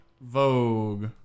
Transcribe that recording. Vogue